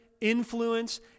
influence